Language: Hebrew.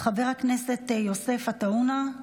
חבר הכנסת יוסף עטאונה,